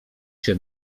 się